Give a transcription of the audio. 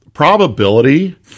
probability